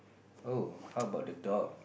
oh how about the dog